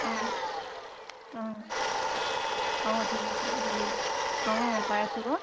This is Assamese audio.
অঁ অঁ অঁ ঠিক আছে হেৰি অঁ পাই আছো আকৌ